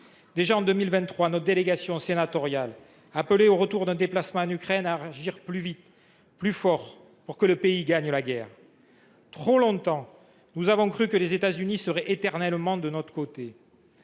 Déjà, en 2023, notre délégation sénatoriale appelait, au retour d’un déplacement en Ukraine, à agir plus vite, plus fort pour que le pays gagne la guerre. Trop longtemps, nous avons cru que les États Unis seraient éternellement de notre côté.